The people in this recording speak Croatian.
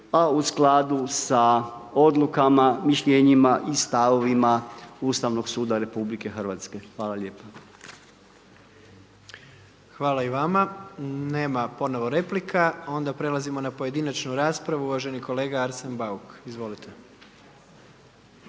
a u skladu sa odlukama, mišljenjima i stavovima Ustavnog suda RH. Hvala lijepa. **Jandroković, Gordan (HDZ)** Hvala i vama. Nema ponovno replika, onda prelazimo na pojedinačnu raspravu uvaženi kolega Arsen Bauk. Izvolite.